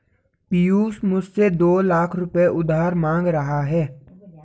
पियूष मुझसे दो लाख रुपए उधार मांग रहा है